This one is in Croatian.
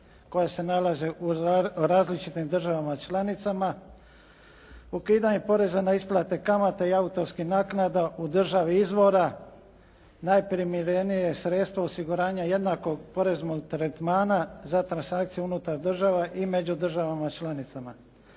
koja se nalaze u različitim državama članicama, ukidanje poreza na isplate kamate i autorskih naknada u državi izvora najprimjerenije sredstvo osiguranja jednako poreznog tretmana za transakciju unutar država i među državama članicama.